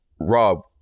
Rob